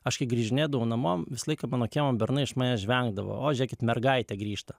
aš kai grįžinėdavau namo visą laiką mano kiemo bernai iš manęs žvengdavo o žiūrėkit mergaitė grįžta